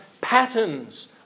patterns